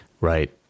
right